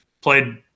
played